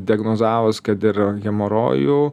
diagnozavus kad ir hemorojų